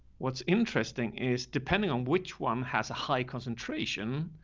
what's interesting is depending on which one has a high concentration,